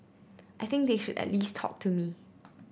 I think they should at least talk to me